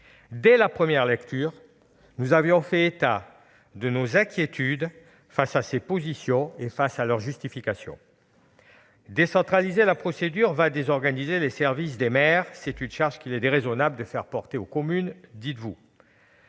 Dès la première lecture, nous avions fait état de nos inquiétudes face à ces positions et à leur justification. Décentraliser la procédure désorganisera les services des mairies, c'est une charge qu'il est déraisonnable de faire porter aux communes, dites-vous.